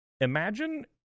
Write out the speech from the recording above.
Imagine